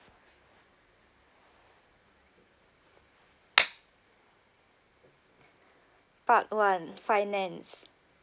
part one finance